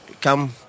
come